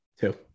Two